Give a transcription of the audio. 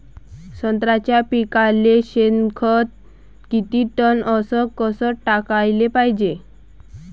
संत्र्याच्या पिकाले शेनखत किती टन अस कस टाकाले पायजे?